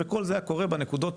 וכל זה קורה בנקודות